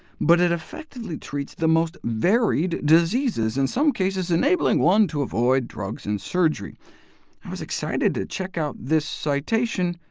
but it effectively treats the most varied diseases, in some cases enabling one to avoid drugs and surgery. i was excited to check out this citation,